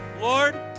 Lord